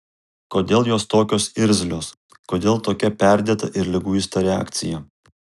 kodėl jos tokios irzlios kodėl tokia perdėta ir liguista reakcija